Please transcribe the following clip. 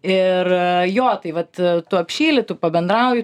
ir jo tai vat tu apšyli tu pabendrauji